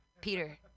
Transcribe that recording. Peter